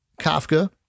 Kafka